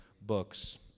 books